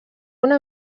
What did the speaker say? una